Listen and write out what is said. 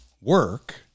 work